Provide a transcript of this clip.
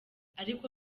ariko